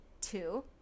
two